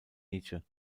nietzsche